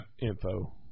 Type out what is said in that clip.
info